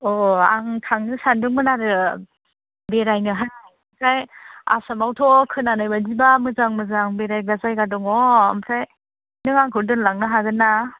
औ आं थांनो सानदोंमोन आरो बेरायनोहाय आसामावथ' खोनानायबायदिबा मोजां मोजां बेरायग्रा जायगा दङ ओमफ्राय नों आंखौ दोनलांनो हागोन ना